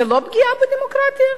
זה לא פגיעה בדמוקרטיה?